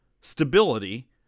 stability